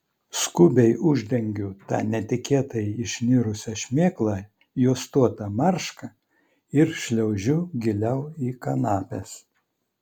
skubiai uždengiu tą netikėtai išnirusią šmėklą juostuota marška ir šliaužiu giliau į kanapes